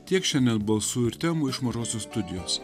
tiek šiandien balsų ir temų iš mažosios studijos